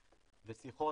ושיחות,